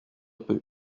peut